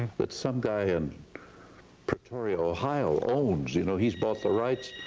but some guy in pretoria, ohio owns, you know, he's bought the rights,